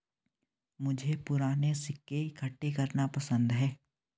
मुझे पूराने सिक्के इकट्ठे करना पसंद है